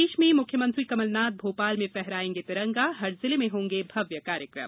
प्रदेश में मुख्यमंत्री कमलनाथ भोपाल में फहरायेंगे तिरंगा हर जिले में होंगे भव्य कार्यक्रम